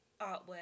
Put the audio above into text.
artwork